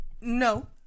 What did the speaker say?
No